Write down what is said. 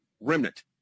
remnant